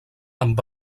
amb